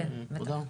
כן, בטח.